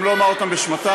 גם לא אומַר אותם בשמותיהם.